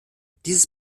dieses